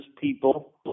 people